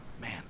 man